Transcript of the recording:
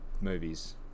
movies